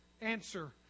answer